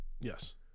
Yes